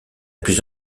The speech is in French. plus